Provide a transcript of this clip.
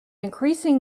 increasing